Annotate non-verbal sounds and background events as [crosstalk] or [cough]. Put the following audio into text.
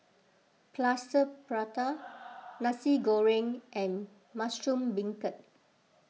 Plaster Prata [noise] Nasi Goreng and Mushroom Beancurd